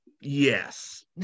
Yes